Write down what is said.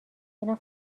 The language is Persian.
میرم